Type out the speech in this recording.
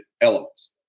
elements